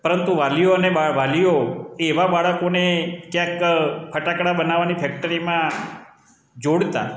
પરંતુ વાલીઓ અને વાલીઓ એવા બાળકોને ક્યાંક ફટાકડા બનાવવાની ફેક્ટરીમાં જોડતા